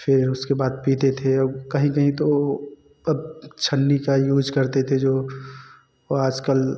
फ़िर उसके बाद पीते थे कहीं कहीं तो छलनी का यूज करते थे जो आज कल